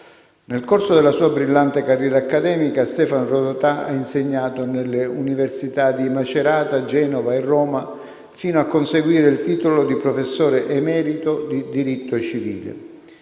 Nel corso della sua brillante carriera accademica Stefano Rodotà ha insegnato nelle università di Macerata, Genova e Roma, fino a conseguire il titolo di professore emerito di diritto civile.